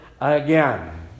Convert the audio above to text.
again